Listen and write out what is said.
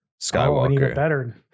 skywalker